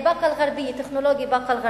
באקה-אל-ע'רביה טכנולוגי.